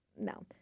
no